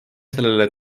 sellele